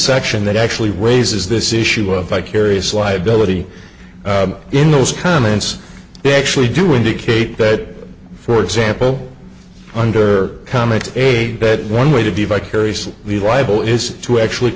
section that actually raises this issue of vicarious liability in those comments they actually do indicate that for example under comment a bed one way to be vicariously liable is to actually